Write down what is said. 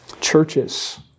Churches